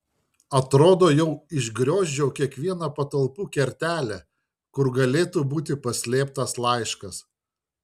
atrodo jau išgriozdžiau kiekvieną patalpų kertelę kur galėtų būti paslėptas laiškas